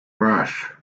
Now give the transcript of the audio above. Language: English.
brush